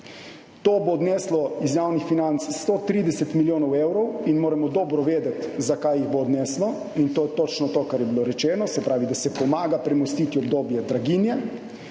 To bo odneslo iz javnih financ 130 milijonov evrov. Mi moramo dobro vedeti, zakaj jih bo odneslo. In to je točno to, kar je bilo rečeno, se pravi, da se pomaga premostiti obdobje draginje